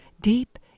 deep